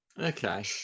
okay